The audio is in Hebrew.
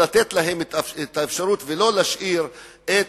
צריך לתת להם את האפשרות ולא להשאיר את